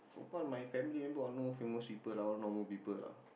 so far my family member all no famous lah all normal people lah